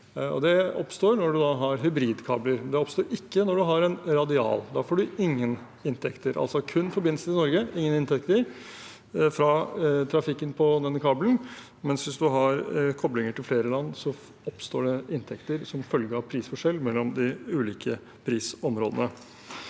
Det oppstår når man har hybridkabler. Det oppstår ikke når man har en radial. Da får man ingen inntekter, altså kun forbindelse til Norge, ingen inntekter fra trafikken på denne kabelen, mens hvis man har koblinger til flere land, oppstår det inntekter som følge av prisforskjell mellom de ulike prisområdene.